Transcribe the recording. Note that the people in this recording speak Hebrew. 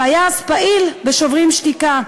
שהיה אז פעיל ב"שוברים שתיקה",